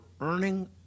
earning